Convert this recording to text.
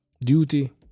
Duty